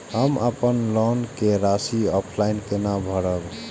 हम अपन लोन के राशि ऑफलाइन केना भरब?